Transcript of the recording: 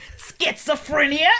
schizophrenia